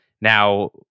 Now